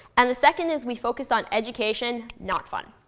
and the second is we focused on education, not fun.